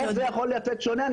איך זה יכול לצאת שונה?